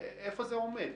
איפה זה עומד?